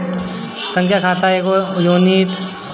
खाता संख्या एगो यूनिक संख्या होला जेसे तोहरी खाता कअ पहचान होत बाटे